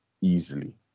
easily